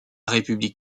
république